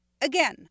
Again